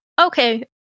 Okay